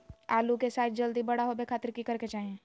आलू के साइज जल्दी बड़ा होबे खातिर की करे के चाही?